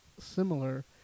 similar